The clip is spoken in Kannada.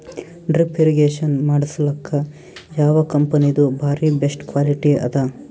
ಡ್ರಿಪ್ ಇರಿಗೇಷನ್ ಮಾಡಸಲಕ್ಕ ಯಾವ ಕಂಪನಿದು ಬಾರಿ ಬೆಸ್ಟ್ ಕ್ವಾಲಿಟಿ ಅದ?